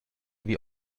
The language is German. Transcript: wie